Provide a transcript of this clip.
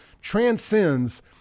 transcends